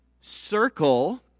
circle